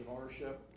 ownership